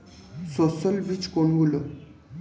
সস্যল বীজ কোনগুলো?